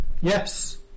Yes